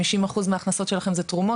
50% ואולי יותר מההכנסות של מד"א הם תרומות.